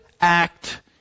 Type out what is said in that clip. act